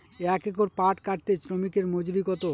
এক একর পাট কাটতে শ্রমিকের মজুরি কত?